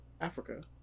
africa